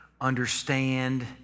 Understand